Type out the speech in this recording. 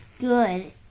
Good